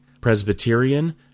Presbyterian